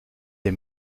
des